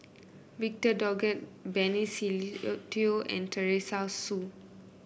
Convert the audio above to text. Victor Doggett Benny Se Teo and Teresa Hsu